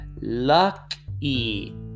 lucky